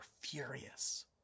furious